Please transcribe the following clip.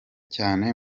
cyane